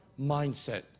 mindset